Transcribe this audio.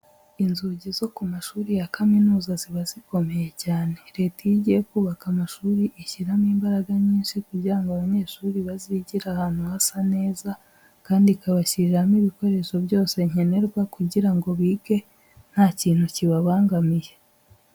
Inzugi zo ku mashuri ya kaminuza ziba zikomeye cyane. Leta iyo igiye kubaka amashuri ishyiramo imbaraga nyinshi kugira ngo abanyeshuri bizigire ahantu hasa neza, kandi ikabashyiriramo ibikoresho byose nkenerwa kugira ngo bige nta kintu kibabangamiye.